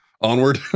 Onward